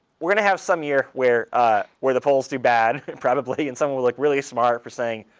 we're going to have some year where ah where the polls do bad, probably, and someone will look really smart for saying,